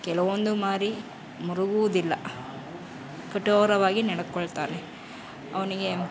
ಕೆಲವೊಂದು ಮಾರಿ ಮರುಗುವುದಿಲ್ಲ ಕಠೋರವಾಗಿ ನಡ್ಕೊಳ್ತಾನೆ ಅವನಿಗೆ